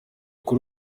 kuri